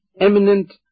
eminent